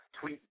tweet